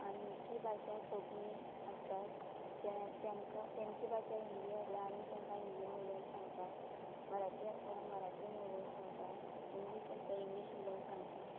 आमची भाशा कोंकणी आसता ते तांकां तांची भाशा हिंदी आसल्या आमी तांकां हिंदीन उलोवन सांगता मराठी आसल्या मराठीन उलोवन सांगता इंग्लीश आसल्या इंग्लीश उलोवन सांगता